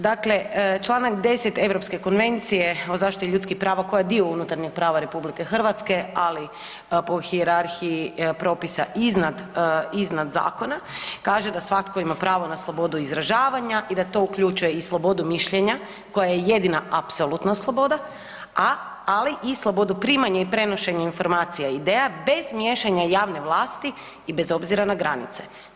Dakle, čl. 10 Europske konvencije o zaštiti ljudskih prava, koja je dio unutarnjeg prava RH, ali po hijerarhiji propisa iznad zakona, kaže da svatko ima pravo na slobodu izražavanja i da to uključuje i slobodu mišljenja koja je jedina apsolutna sloboda, ali i slobodu primanja i prenošenje informacija i ideja bez miješanja javne vlasti i bez obzira na granice.